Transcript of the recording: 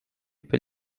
per